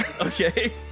okay